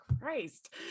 Christ